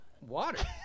water